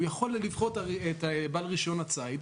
הוא יכול לבחור את בעל רישיון הציד,